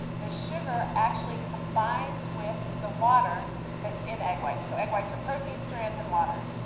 the sugar actually combines with the water that's in egg whites. so egg whites are protein strands in water.